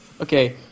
Okay